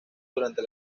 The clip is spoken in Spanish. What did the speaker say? durante